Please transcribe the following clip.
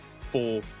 four